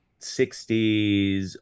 60s